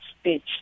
speech